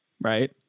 right